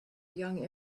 young